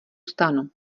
stanu